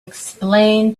explain